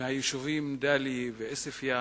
מהיישובים דאליה ועוספיא,